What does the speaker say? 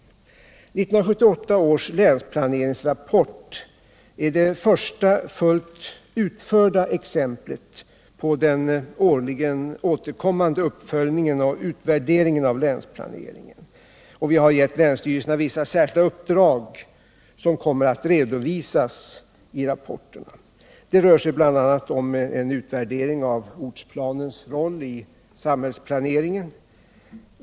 1978 års länsplaneringsrapport är det första fullt utförda exemplar på den årligen återkommande uppföljningen av utvärderingen av länsplaneringen. Vi har givit länsstyrelserna vissa särskilda uppdrag som kommer att redovisas i rapporten. Det rör sig bl.a. om en utvärdering av ortsplanens roll i samhällsplaneringen.